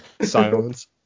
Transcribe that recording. silence